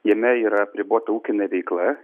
jame yra apribota ūkinė veikla